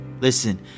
Listen